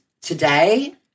today